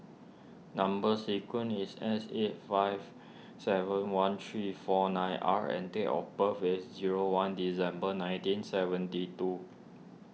Number Sequence is S eight five seven one three four nine R and date of birth is zero one December nineteen seventy two